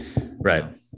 Right